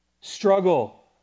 Struggle